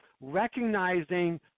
recognizing